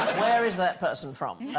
where is that person from i